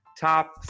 top